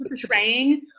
portraying